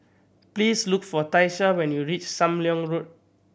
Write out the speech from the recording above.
please look for Tyesha when you reach Sam Leong Road